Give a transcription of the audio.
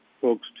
folks